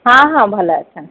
ହଁ ହଁ ଭଲ ଅଛନ୍ତି